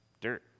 dirt